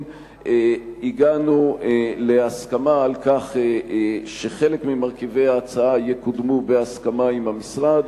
הגענו להסכמה על כך שחלק ממרכיבי ההצעה יקודמו בהסכמה עם המשרד,